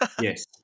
Yes